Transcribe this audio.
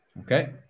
Okay